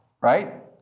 Right